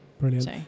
brilliant